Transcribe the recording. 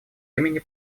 имени